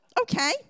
okay